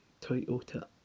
Toyota